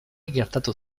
gertatu